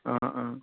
অঁ অঁ